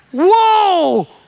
Whoa